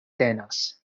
tenas